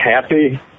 happy